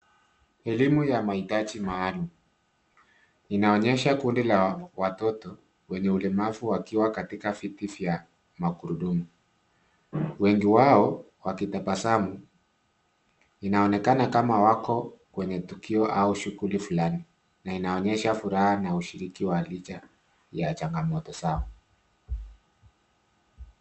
Elimu ya mahitaji maalum. Inaonyesha kundi la watoto wenye ulemavu wakiwa katika viti vya magurudumu. Wengi wao wakitabasamu, inaonekana kama wako kwenye tukio au shughuli fulani na inaonyesha furaha na ushiriki licha ya changamoto zao.